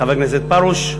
חבר הכנסת פרוש.